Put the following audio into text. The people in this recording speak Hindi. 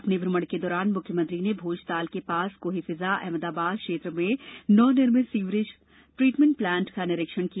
अपने भ्रमण के दौरान मुख्यमंत्री ने भोजताल के पास कोहेफिजा अहमदाबाद क्षेत्र में नवनिर्मित सीवेज ट्रीटमेंट प्लांट का निरीक्षण किया